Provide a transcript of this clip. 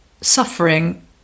suffering